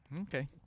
Okay